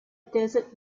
desert